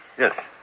yes